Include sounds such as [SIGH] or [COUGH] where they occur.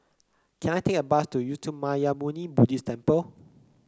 can I take a bus to Uttamayanmuni [NOISE] Buddhist Temple